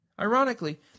Ironically